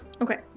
Okay